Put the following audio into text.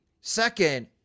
Second